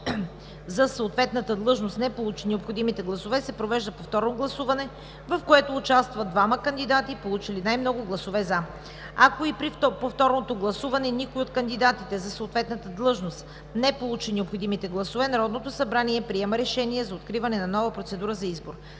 за съответната длъжност не получи необходимите гласове, се провежда повторно гласуване, в което участват двамата кандидати, получили най-много гласове „за“. 9. Ако и при повторното гласуване никой от кандидатите за съответната длъжност не получи необходимите гласове, Народното събрание приема решение за откриване на нова процедура за избор.